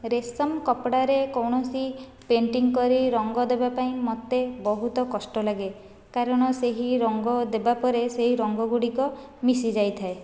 ରେଶମ କପଡ଼ାରେ କୌଣସି ପେଣ୍ଟିଂ କରି ରଙ୍ଗ ଦେବା ପାଇଁ ମୋତେ ବହୁତ କଷ୍ଟ ଲାଗେ କାରଣ ସେହି ରଙ୍ଗ ଦେବା ପରେ ସେହି ରଙ୍ଗ ଗୁଡ଼ିକ ମିଶି ଯାଇଥାଏ